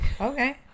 Okay